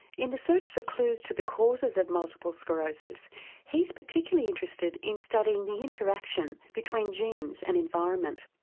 in the search for clues to the causes of multiple sclerosis he's particularly interested in studying the interaction between genes and environment.